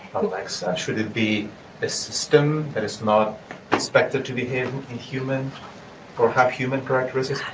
alexa? should it be a system that is not expected to behave inhuman or have human characteristics.